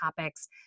topics